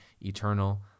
eternal